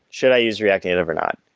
should i use react native or not?